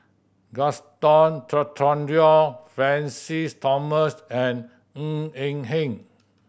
Gaston Dutronquoy Francis Thomas and Ng Eng Hen